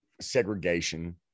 segregation